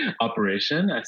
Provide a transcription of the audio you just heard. operation